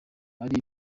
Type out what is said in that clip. ari